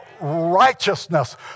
righteousness